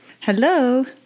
Hello